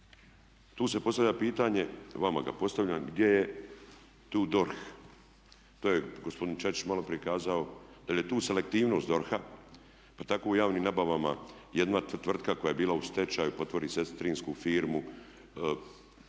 Tu se postavlja pitanje, vama ga postavljam gdje je tu DORH. To je gospodin Čačić malo prije kazao, da li je tu selektivnost DORH-a, pa tako u javnim nabavama jedna tvrtka koja je bila u stečaju otvori sestrinsku firmu